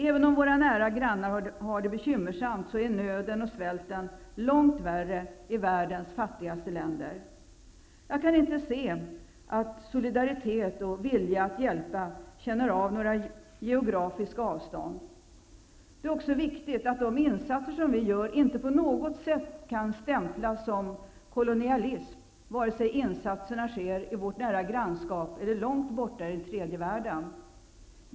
Även om våra nära grannar har det bekymmersamt är nöden och svälten långt värre i världens fattigaste länder. Jag kan inte se att solidaritet och vilja att hjälpa känner av några geografiska avstånd. Det är också viktigt att de insatser vi gör inte på något sätt kan stämplas som kolonialism, vare sig insatserna sker i vårt nära grannskap eller långt borta i den tredje världen.